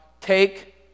take